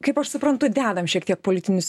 kaip aš suprantu dedam šiek tiek politinius